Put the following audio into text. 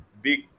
big